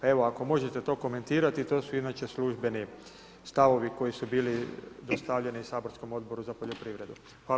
Evo, ako možete to komentirati, to su inače službeni stavovi, koji su bili postavljeni i saborskom Odboru za poljoprivredu.